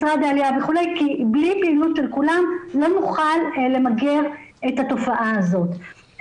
משרד העליה וכולי כי בלי פעילות של כולם לא נוכל למגר את התופעה הזאת.